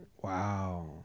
Wow